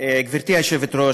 גברתי היושבת-ראש,